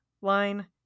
line